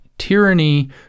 tyranny